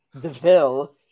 DeVille